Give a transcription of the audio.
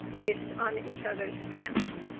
based on each other's strengths.